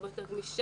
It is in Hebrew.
הרבה יותר גמישה,